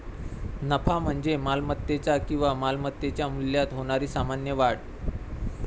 नफा म्हणजे मालमत्तेच्या किंवा मालमत्तेच्या मूल्यात होणारी सामान्य वाढ